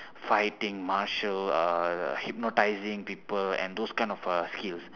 fighting martial uh hypnotising people and those kind of uh skill